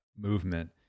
movement